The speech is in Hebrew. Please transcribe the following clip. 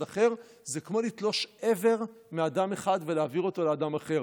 אחר זה כמו לתלוש איבר מאדם אחד ולהעביר אותו לאדם אחר.